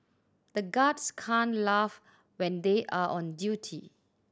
the guards can't laugh when they are on duty